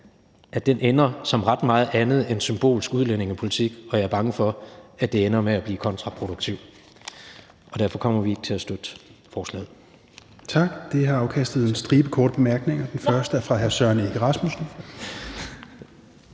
aftale ender som ret meget andet end symbolsk udlændingepolitik, og jeg er bange for, at det ender med at blive kontraproduktivt. Og derfor kommer vi ikke til at støtte forslaget. Kl. 16:22 Fjerde næstformand (Rasmus Helveg Petersen): Tak. Det har kastet en